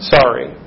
Sorry